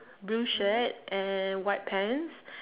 blue shirt white pants